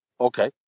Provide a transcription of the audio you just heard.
Okay